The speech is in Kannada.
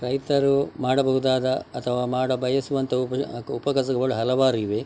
ರೈತರು ಮಾಡಬಹುದಾದ ಅಥವಾ ಮಾಡಬಯಸುವಂಥ ಉಪ ಉಪಕಸಬುಗಳು ಹಲವಾರಿವೆ